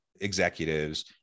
executives